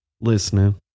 Listening